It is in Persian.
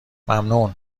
ممنون